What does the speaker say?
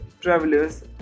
travelers